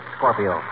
Scorpio